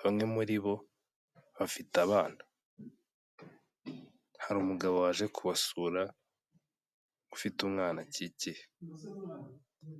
bamwe muri bo bafite abana, hari umugabo waje kubasura ufite umwana akikiye.